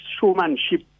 showmanship